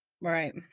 right